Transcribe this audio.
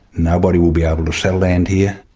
nobody will be able to sell land here.